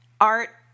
art